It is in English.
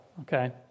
okay